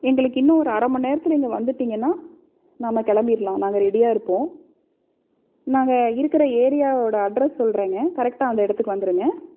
எங்களுக்கு இன்னும் ஒரு அரைமண்நேரத்துல இங்கே வந்துவிட்டீங்கனா நம்ம கிளம்பிர்லாம் நாங்கள் ரெடியாக இருப்போம் நாங்கள் இருக்கிற ஏரியாவோட அட்ரஸ் சொல்லுறேங்க கரெக்டாக அந்த இடத்துக்கு வந்துருங்க